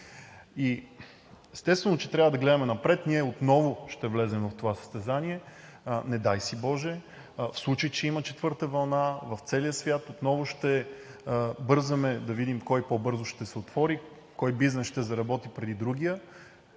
Естествено, че трябва да гледаме напред. Ние отново ще влезем в това състезание. Не дай си боже, в случай, че има четвърта вълна в целия свят, отново ще бързаме да видим кой по-бързо ще се отвори, кой бизнес ще заработи преди другия